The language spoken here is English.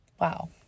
wow